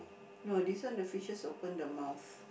no this one the fishes open the mouth